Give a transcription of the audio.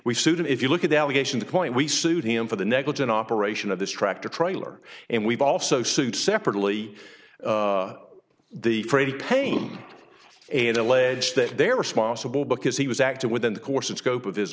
and if you look at the allegations point we sued him for the negligent operation of this tractor trailer and we've also sued separately the fraidy payment and allege that they're responsible because he was acting within the course of scope of his